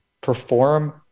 perform